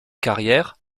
carrière